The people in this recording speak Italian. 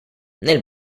nel